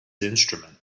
instrument